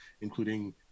including